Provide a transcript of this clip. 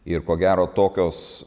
ir ko gero tokios